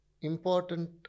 important